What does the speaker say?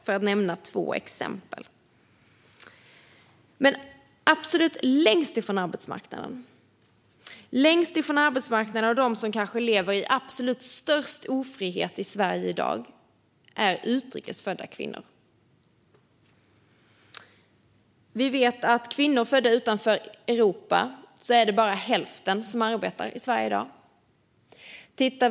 De som står absolut längst ifrån arbetsmarknaden och som kanske lever i störst ofrihet i Sverige i dag är utrikes födda kvinnor. Vi vet att i Sverige är det i dag bara hälften av de kvinnor som är födda utanför Europa som arbetar.